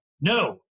No